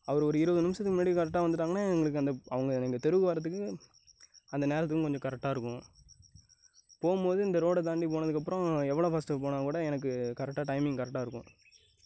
அவர் ஒரு இருபது நிமிஷத்துக்கு முன்னாடி கரெக்டாக வந்துட்டாங்கன்னால் எங்களுக்கு அந்த அவங்க எங்கள் தெருவுக்கு வரத்துக்கு அந்த நேரத்துக்கும் கொஞ்சம் கரெக்டாயிருக்கும் போகும் போது இந்த ரோடை தாண்டி போனதுக்கப்புறம் எவ்வளோவு ஃபாஸ்ட்டாக போனால்கூட எனக்கு கரெக்டாக டைமிங் கரெக்டாயிருக்கும்